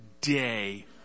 day